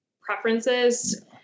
preferences